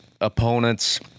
opponents